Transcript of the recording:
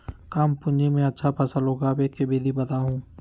कम पूंजी में अच्छा फसल उगाबे के विधि बताउ?